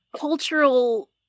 cultural